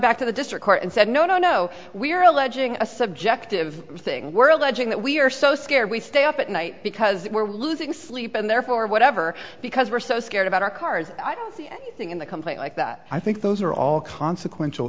back to the district court and said no no no we're alleging a subjective thing we're alleging that we're so scared we stay up at night because we're losing sleep and therefore whatever because we're so scared about our cars i don't see anything in the complaint like that i think those are all consequential